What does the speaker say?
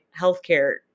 healthcare